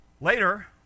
Later